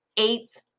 Eighth